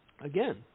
again